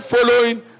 following